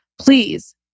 please